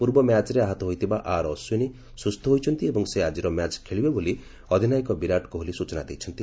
ପୂର୍ବ ମ୍ୟାଚ୍ରେ ଆହତ ହୋଇଥିବା ଆର୍ ଅଶ୍ୱିନ୍ ସୁସ୍ଥ ହୋଇଛନ୍ତି ଏବଂ ସେ ଆଜିର ମ୍ୟାଚ୍ ଖେଳିବେ ବୋଲି ଅଧିନାୟକ ବିରାଟ କୋହଲି ସ୍ବଚନା ଦେଇଛନ୍ତି